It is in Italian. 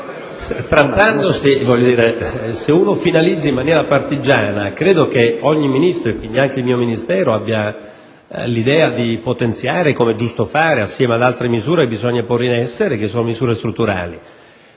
Se uno finalizza in maniera partigiana, io credo che ogni Ministro, e quindi anche il mio Ministero, abbia l'idea di potenziare, come è giusto fare, assieme ad altre misure da porre in essere, misure strutturali.